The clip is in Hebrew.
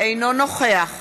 אינו נוכח